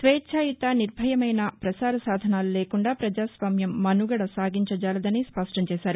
స్వేచ్ఛాయుత నిర్భయమైన ప్రసార సాధనాలు లేకుండా ప్రజాస్వామ్యం మసుగడ సాగించజాలదని స్పష్టం చేశారు